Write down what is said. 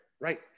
right